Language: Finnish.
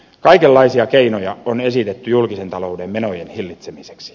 kaikenlaisia keinoja on esitetty julkisen talouden menojen hillitsemiseksi